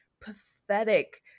pathetic